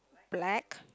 black